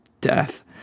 death